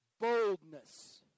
Boldness